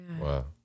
Wow